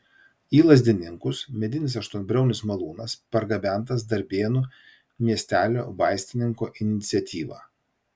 į lazdininkus medinis aštuonbriaunis malūnas pargabentas darbėnų miestelio vaistininko iniciatyva